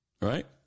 Right